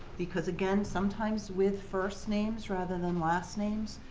because, again, sometimes with first names, rather than last names,